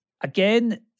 again